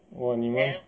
!wah! 你们